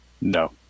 No